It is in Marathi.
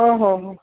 हो हो हो